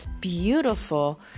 beautiful